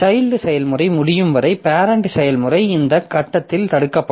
child செயல்முறை முடியும் வரை பேரெண்ட் செயல்முறை இந்த கட்டத்தில் தடுக்கப்படும்